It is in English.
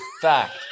Fact